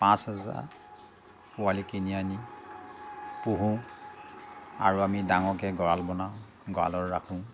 পাঁচ হাজাৰ পোৱালি কিনি আনি পুহোঁ আৰু আমি ডাঙৰকৈ গড়াল বনাওঁ গড়ালত ৰাখোঁ